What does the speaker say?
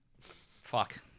Fuck